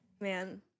Man